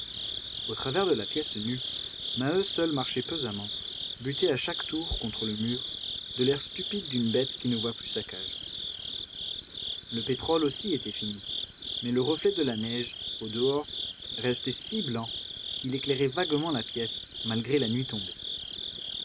au travers de la pièce nue maheu seul marchait pesamment butait à chaque tour contre le mur de l'air stupide d'une bête qui ne voit plus sa cage le pétrole aussi était fini mais le reflet de la neige au-dehors restait si blanc qu'il éclairait vaguement la pièce malgré la nuit tombée